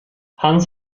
hans